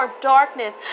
darkness